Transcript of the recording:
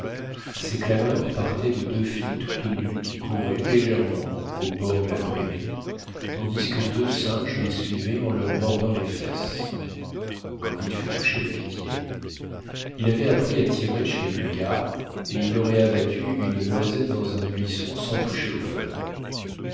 ces clameurs partaient de deux filles toutes nues qui couraient légèrement au bord de la prairie tandis que deux singes les suivaient en leur mordant les fesses candide fut touché de pitié il avait appris à tirer chez les bulgares et il aurait abattu une noisette dans un buisson sans toucher aux feuilles